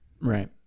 Right